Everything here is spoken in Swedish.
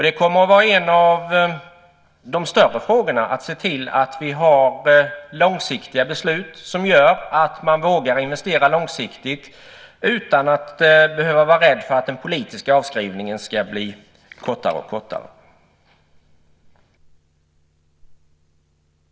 Det kommer att vara en av de större frågorna, att se till att vi har långsiktiga beslut som gör att man vågar investera långsiktigt utan att behöva vara rädd för att den politiska avskrivningen ska bli kortare.